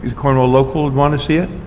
cornwall local would want to see it?